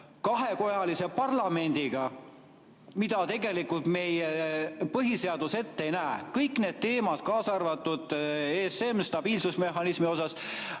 kahekojalise parlamendiga, mida tegelikult meie põhiseadus ette ei näe. Kõik need teemad, kaasa arvatud ESM, peaksid käima